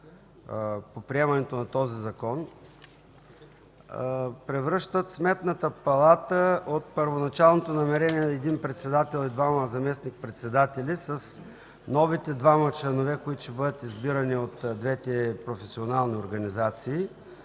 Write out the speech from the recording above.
по приемането на този закон превръщат Сметната палата от първоначалното намерение – един председател и двама заместник-председатели, с новите двама членове, които ще бъдат предлагани от двете професионални организации.